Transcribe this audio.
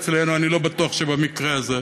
אצלנו אני לא בטוח שבמקרה הזה.